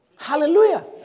Hallelujah